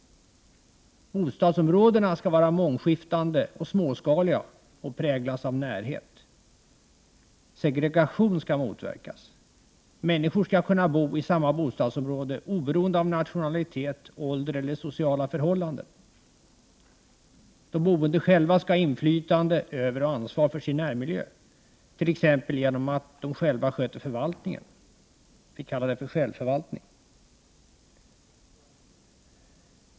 Bostadsområdena ska vara mångskiftande och småskaliga och präglas av närhet. 3. Segregation ska motverkas. Människor ska kunna bo i samma bostadsområde, oberoende av nationalitet, ålder eller sociala förhållanden. 4. De boende själva ska ha inflytande över och ansvar för sin närmiljö, till exempel genom att sköta förvaltningen, s.k. självförvaltning. 5.